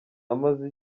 amaze